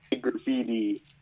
graffiti